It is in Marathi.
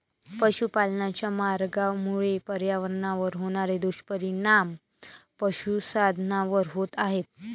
पशुपालनाच्या मार्गामुळे पर्यावरणावर होणारे दुष्परिणाम पशुधनावर होत आहेत